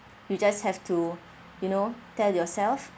you just have to you know tell yourself